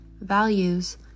values